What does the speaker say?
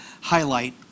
highlight